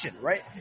right